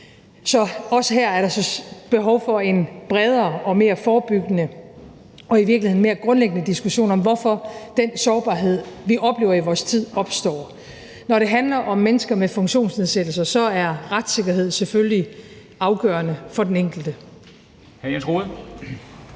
Så også her er der behov for en bredere og mere forebyggende og i virkeligheden mere grundlæggende diskussion om, hvorfor den sårbarhed, vi oplever i vores tid, opstår. Når det handler om mennesker med funktionsnedsættelser, er retssikkerhed selvfølgelig afgørende for den enkelte. Kl.